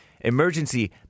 emergency